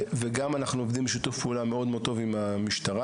וגם אנחנו עובדים בשיתוף פעולה מאוד טוב עם המשטרה.